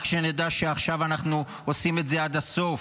רק שנדע שעכשיו אנחנו עושים את זה עד הסוף,